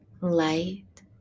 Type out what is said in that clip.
light